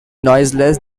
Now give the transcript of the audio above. noiseless